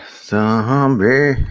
Zombie